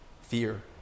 Fear